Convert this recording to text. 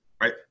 right